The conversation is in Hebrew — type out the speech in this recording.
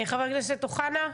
חבר הכנסת אוחנה.